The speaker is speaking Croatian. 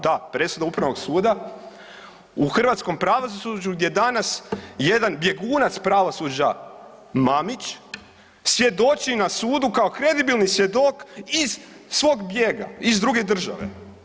Da, presuda upravnog suda u hrvatskom pravosuđu gdje danas jedan bjegunac pravosuđa Mamić svjedoči na sudu kao kredibilni svjedok iz svog bijega, iz druge države.